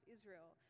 Israel